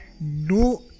no